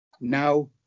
Now